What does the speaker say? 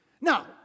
Now